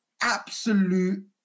absolute